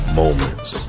moments